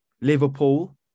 Liverpool